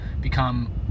become